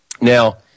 Now